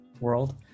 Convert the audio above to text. world